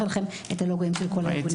אליכם את הלוגואים של כל הארגונים השותפים.